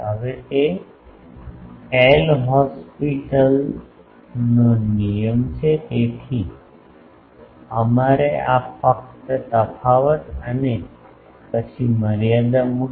હવે તે એલ હોસ્પિટલનો નિયમ છે તેથી અમારે આ તફાવત અને પછી મર્યાદા મૂકી